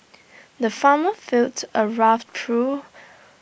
the farmer filled A rough through